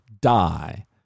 die